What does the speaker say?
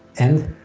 and?